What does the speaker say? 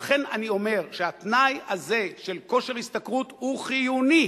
ולכן אני אומר שהתנאי הזה של כושר השתכרות הוא חיוני,